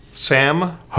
Sam